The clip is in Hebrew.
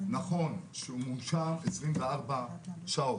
נכון שהמונשם מונשם 24 שעות,